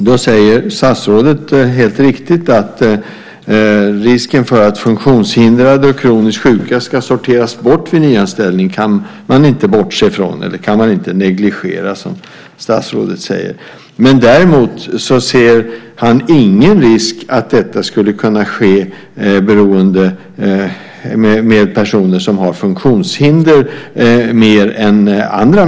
Då säger statsrådet, helt riktigt, att man inte kan negligera risken för att funktionshindrade och kroniskt sjuka sorteras bort vid nyanställning. Däremot ser han ingen risk för att detta skulle kunna ske oftare när det gäller personer med funktionshinder än andra.